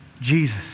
Jesus